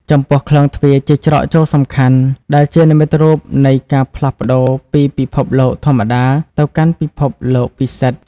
ចំពោះក្លោងទ្វារ ជាច្រកចូលសំខាន់ ដែលជានិមិត្តរូបនៃការផ្លាស់ប្តូរពីពិភពលោកធម្មតាទៅកាន់ពិភពលោកពិសិដ្ឋ។